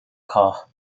کاه